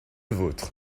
vôtre